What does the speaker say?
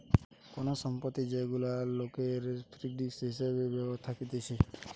কোন সম্পত্তি যেগুলা লোকের ফিক্সড হিসাবে থাকতিছে